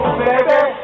baby